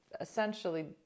essentially